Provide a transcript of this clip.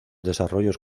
desarrollos